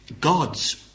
gods